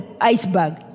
iceberg